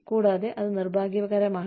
കൂടാതെ അത് നിർഭാഗ്യകരമാണ്